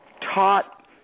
taught